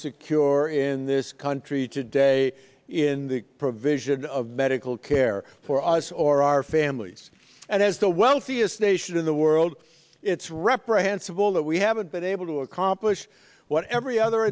secure or in this country today in the provision of medical care for us or our families and as the wealthiest nation in the world it's reprehensible that we haven't been able to accomplish what every other